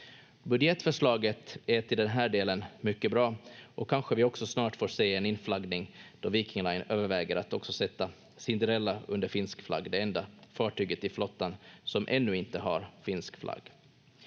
Budgetförslaget är till den här delen mycket bra, och kanske vi också snart får se en inflaggning då Viking Line överväger att också sätta Cinderella under finsk flagg, det enda fartyget i flottan som ännu inte har finsk flagg.